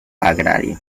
agrario